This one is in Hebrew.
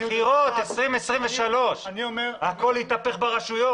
ב-2023 יש בחירות והכול יתהפך ברשויות.